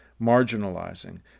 marginalizing